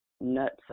nuts